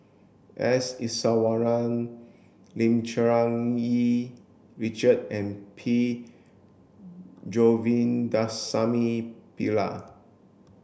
S Iswaran Lim Cherng Yih Richard and P Govindasamy Pillai